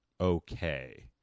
okay